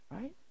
right